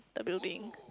the building